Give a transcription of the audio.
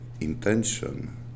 intention